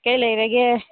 ꯀꯔꯤ ꯂꯩꯔꯒꯦ